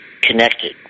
connected